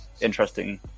interesting